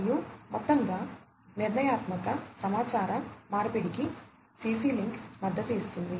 మరియు మొత్తంగా నిర్ణయాత్మక సమాచార మార్పిడికి CC లింక్ మద్దతు ఇస్తుంది